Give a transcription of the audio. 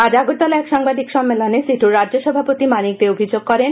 আজ আগরতলায় এক সাংবাদিক সম্মেলনে সি আই টি ইউ রাজ্য সভাপতি মানিক দে এই অভিযোগ করেন